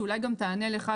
שאולי גם תענה לך,